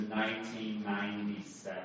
1997